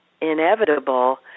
inevitable